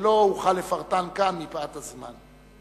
שלא אוכל לפרטן כאן מפאת הזמן.